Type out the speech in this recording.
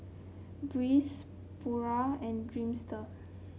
Breeze Pura and Dreamster